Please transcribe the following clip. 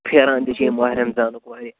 پھیران تہِ چھُ ییٚمہِ ماہِ رمضانُک وارِیاہ